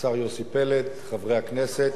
השר יוסי פלד, חברי הכנסת,